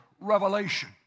revelation